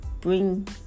bring